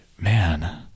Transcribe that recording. man